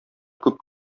күп